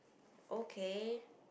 okay